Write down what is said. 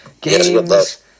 games –